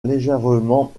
légèrement